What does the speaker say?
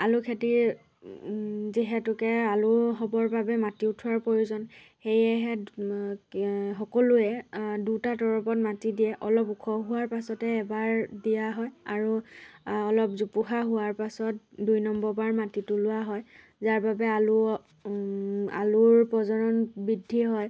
আলু খেতিৰ যিহেতুকে আলু হ'বৰ বাবে মাটি উঠোৱাৰ প্ৰয়োজন সেয়েহে কি সকলোৱে দুটা তৰপত মাটি দিয়ে অলপ ওখ হোৱাৰ পাছতে এবাৰ দিয়া হয় আৰু অলপ জোপোহা হোৱাৰ পাছত দুই নম্বৰ বাৰ মাটি তোলোৱা হয় যাৰ বাবে আলু আলুৰ প্ৰজনন বৃদ্ধি হয়